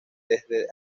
dresde